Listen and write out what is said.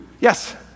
Yes